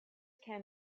can